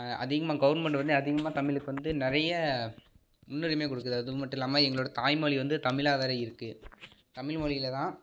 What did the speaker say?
அதிகமாக கவர்ன்மெண்ட் வந்து அதிகமாக தமிழுக்கு வந்து நிறைய முன்னுரிமை கொடுக்குது அதுவும் மட்டு இல்லாமல் எங்களோடய தாய்மொழி வந்து தமிழாக வேற இருக்குது தமிழ் மொழியில்தான்